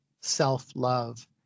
Self-Love